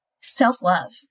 self-love